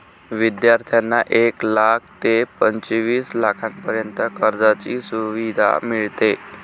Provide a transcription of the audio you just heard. विद्यार्थ्यांना एक लाख ते पंचवीस लाखांपर्यंत कर्जाची सुविधा मिळते